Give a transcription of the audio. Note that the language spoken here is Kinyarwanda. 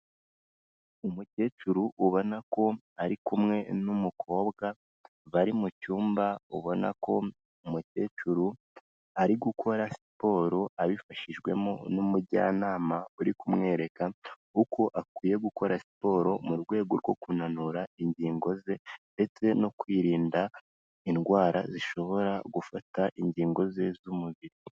Umukecuru ubona ko ari kumwe n'umukobwa, bari mu cyumba, ubona ko umukecuru ari gukora siporo, abifashijwemo n'umujyanama uri kumwereka, uko akwiye gukora siporo, mu rwego rwo kunanura ingingo ze, ndetse no kwirinda indwara, zishobora gufata ingingo ze, z'umubiri.